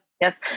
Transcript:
yes